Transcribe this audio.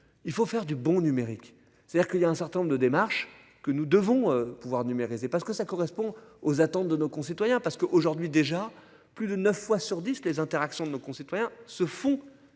il faut faire du bon numérique, c'est-à-dire qu'il y a un certain nombre de démarches que nous devons pouvoir numériser parce que ça correspond aux attentes de nos concitoyens parce qu'aujourd'hui déjà plus de 9 fois sur 10 les interactions de nos concitoyens se font